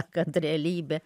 kad realybė